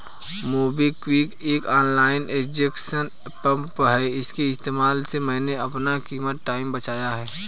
MobiKwik एक online transaction app है इसके इस्तेमाल से मैंने अपना कीमती टाइम बचाया है